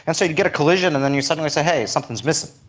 and so you get a collision and then you suddenly say, hey, something is missing,